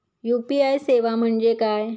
UPI सेवा म्हणजे काय?